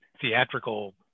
theatrical